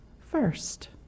first